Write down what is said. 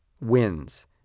wins